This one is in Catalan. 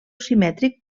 simètric